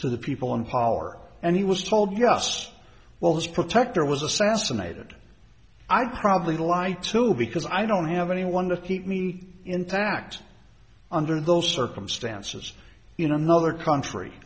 to the people in power and he was told yes well this protector was assassinated i'd probably lie to him because i don't have anyone to keep me intact under those circumstances in another country